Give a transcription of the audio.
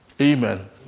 Amen